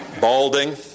balding